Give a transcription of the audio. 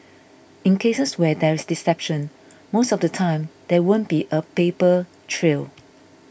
in cases where there is deception most of the time there won't be a paper trail